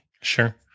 Sure